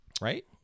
right